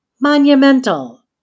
monumental